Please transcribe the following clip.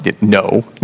No